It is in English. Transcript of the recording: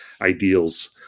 ideals